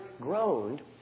groaned